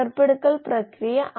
ന്റെ d d t ക്ക് തുല്യമാണ്